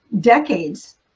decades